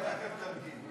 לא היה פה תרגיל.